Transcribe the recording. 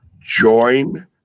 Join